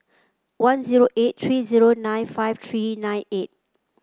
one zero eight three zero nine five three nine eight